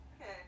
Okay